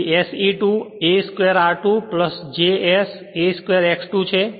તેથી SE2 a square r2 j s a square X 2 છે